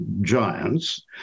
giants